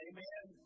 Amen